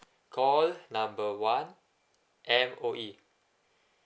call number one M_O_E